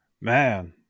man